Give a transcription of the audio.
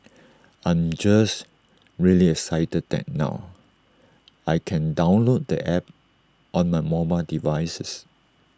I'm just really excited that now I can download the app on my mobile devices